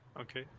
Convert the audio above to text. Okay